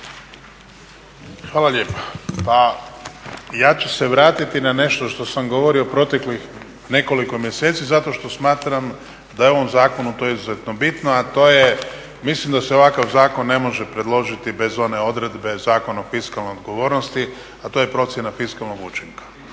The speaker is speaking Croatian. Hvala lijepa. Pa ja ću se vratiti na nešto što sam govorio proteklih nekoliko mjeseci zato što smatram da je ovom zakonu to izuzetno bitno, a to je mislim da se ovakav zakon ne može predložiti bez one odredbe Zakona o fiskalnoj odgovornosti a to je procjena fiskalnog učinka.